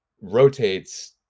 rotates